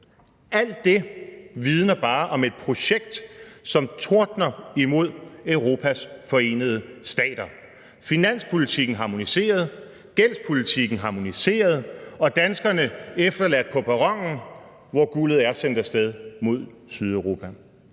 Alt det vidner bare om et projekt, der tordner af sted i retning af at blive til Europas Forenede Stater; finanspolitikken harmoniseret, gældspolitikken harmoniseret, og danskerne efterladt på perronen, hvor guldet er sendt af sted mod Sydeuropa.